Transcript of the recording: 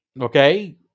Okay